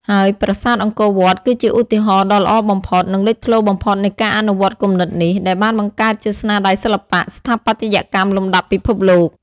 ហើយប្រាសាទអង្គរវត្ត គឺជាឧទាហរណ៍ដ៏ល្អបំផុត និងលេចធ្លោបំផុតនៃការអនុវត្តគំនិតនេះ ដែលបានបង្កើតជាស្នាដៃសិល្បៈស្ថាបត្យកម្មលំដាប់ពិភពលោក។